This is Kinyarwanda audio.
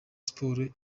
sports